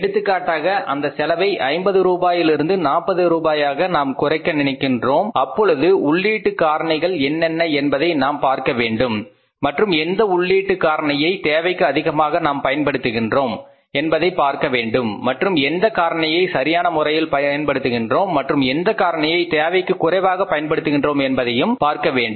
எடுத்துக்காட்டாக அந்த செலவை 50 ரூபாயிலிருந்து 40 ரூபாயாக நாம் குறைக்க நினைக்கின்றோம் அப்பொழுது உள்ளீட்டு காரணிகள் என்னென்ன என்பதை நாம் பார்க்க வேண்டும் மற்றும் எந்த உள்ளீட்டுக் காரணியை தேவைக்கு அதிகமாக நாம் பயன்படுத்துகின்றோம் என்பதையும் பார்க்க வேண்டும் மற்றும் எந்த காரணிகளை சரியான முறையில் பயன்படுத்துகின்றோம் மற்றும் எந்த காரணியை தேவைக்கு குறைவாக பயன்படுத்துகின்றோம் என்பதனையும் பார்க்க வேண்டும்